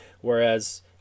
whereas